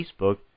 Facebook